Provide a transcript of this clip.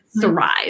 thrive